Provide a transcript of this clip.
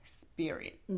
spirit